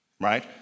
right